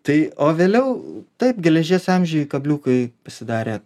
tai o vėliau taip geležies amžiuj kabliukai pasidarė